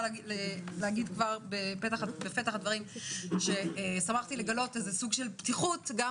להגיד בפתח הדברים ששמחתי לגלות סוג של פתיחות גם